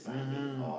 mmhmm